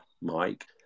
Mike